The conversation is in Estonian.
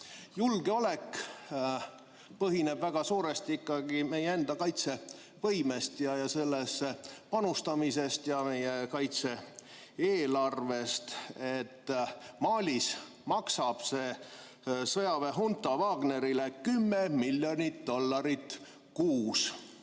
julgeolek oleneb väga suuresti ikkagi meie enda kaitsevõimest ja sellesse panustamisest ja meie kaitse-eelarvest. Malis maksab see sõjaväehunta Wagnerile 10 miljonit dollarit kuus.